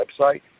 website